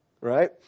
right